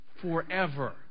forever